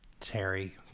Terry